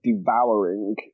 devouring